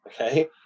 Okay